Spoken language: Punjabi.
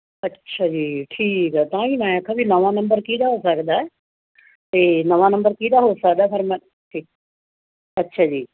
ਅੱਛਾ ਜੀ ਠੀਕ ਹੈ ਤਾਂ ਹੀ ਮੈਂ ਆਖਾਂ ਵੀ ਨਵਾਂ ਨੰਬਰ ਕਿਸ ਦਾ ਹੋ ਸਕਦਾ ਅਤੇ ਨਵਾਂ ਨੰਬਰ ਕਿਸ ਦਾ ਹੋ ਸਕਦਾ ਫਿਰ ਮੈਂ ਠੀਕ ਅੱਛਾ ਜੀ